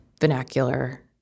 vernacular